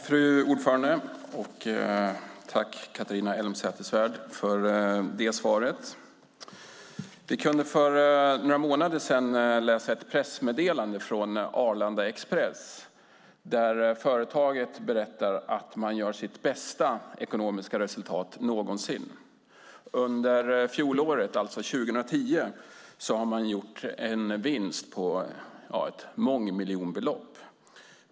Fru talman! Jag tackar Catharina Elmsäter-Svärd för svaret. Vi kunde för några månader sedan läsa ett pressmeddelande från Arlanda Express där företaget berättade att man gjort sitt bästa ekonomiska resultat någonsin. Under fjolåret, alltså 2010, gjorde man en vinst på ett mångmiljonbelopp.